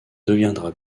deviendra